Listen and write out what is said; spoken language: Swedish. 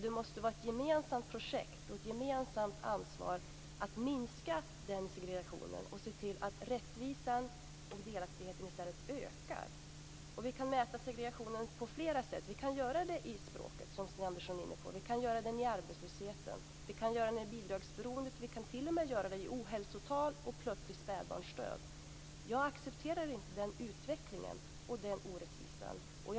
Det måste vara ett gemensamt projekt och ett gemensamt ansvar att minska den segregationen och se till att rättvisan och delaktigheten i stället ökar. Vi kan mäta segregationen på flera sätt. Vi kan göra det i språket, som Sten Andersson är inne på. Vi kan göra det i arbetslösheten. Vi kan göra det i bidragsberoendet. Vi kan t.o.m. göra det i ohälsotal och plötslig spädbarnsdöd. Jag accepterar inte den utvecklingen och den orättvisan.